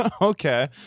Okay